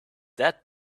that